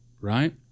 right